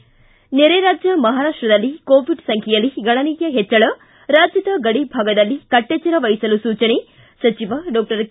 ಿ ನೆರೆ ರಾಜ್ಯ ಮಹಾರಾಷ್ಟದಲ್ಲಿ ಕೋವಿಡ್ ಸಂಬ್ದೆಯಲ್ಲಿ ಗಣನೀಯ ಹೆಚ್ಚಳ ರಾಜ್ಯದ ಗಡಿಭಾಗದಲ್ಲಿ ಕಟ್ಟೆಚ್ಚರ ವಹಿಸಲು ಸೂಚನೆ ಸಚಿವ ಡಾಕ್ಟರ್ ಕೆ